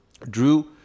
drew